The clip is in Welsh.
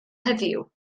heddiw